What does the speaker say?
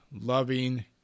loving